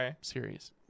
series